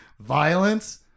violence